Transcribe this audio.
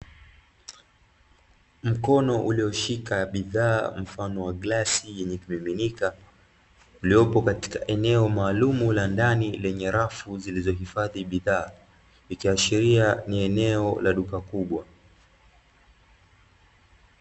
Mkono ulioshika bidhaa mfano wa glasi yenye kimiminika uliopo katika eneo maalumu la ndani lenye rafu zilizohifadhi bidhaa, ikiashiria ni eneo la duka kubwa.